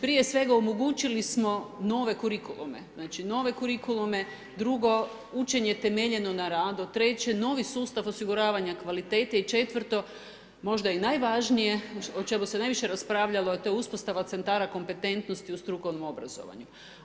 Prije svega omogućili smo nove kurikulume, drugo učenje temeljeno na radu, treće novi sustav osiguravanja kvalitete i četvrto možda i najvažnije, o čemu se najviše raspravljalo, a to je uspostava centara kompetentnosti u strukovnom obrazovanju.